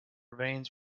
veins